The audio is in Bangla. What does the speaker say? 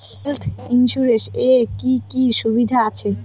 হেলথ ইন্সুরেন্স এ কি কি সুবিধা আছে?